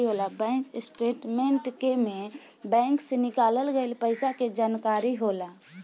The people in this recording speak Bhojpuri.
बैंक स्टेटमेंट के में बैंक से निकाल गइल पइसा के जानकारी होला